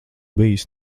bijis